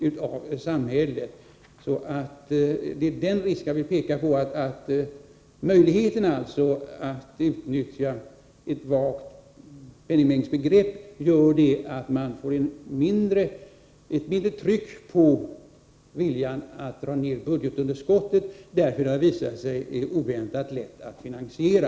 Jag vill peka på den risk som ligger däri att möjligheten att utnyttja ett vagt penningmängdsoch likviditetsbegrepp gör att det blir ett mindre tryck på viljan att minska budgetunderskottet, eftersom det visat sig vara oväntat lätt att finansiera.